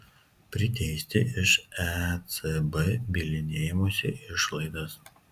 priteisti iš ecb bylinėjimosi išlaidas